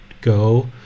go